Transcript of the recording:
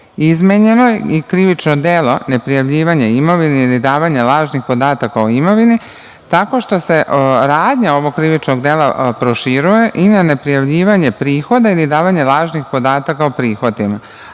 određen. Izmenjeno je i krivično delo neprijavljivanja imovine ili davanja lažnih podataka o imovini, tako što se radnja ovog krivičnog dela proširuje i na neprijavljivanje prihoda ili davanja lažnih podataka o prihodima,